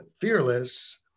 Fearless